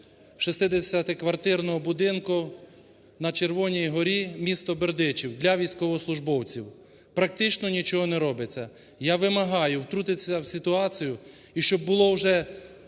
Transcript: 60-квартирного будинку на Червоній Горі місто Бердичів для військовослужбовців – практично, нічого не робиться! Я вимагаю втрутитися в ситуацію, і щоб було вже